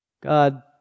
God